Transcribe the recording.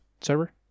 server